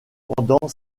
pendant